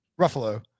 Ruffalo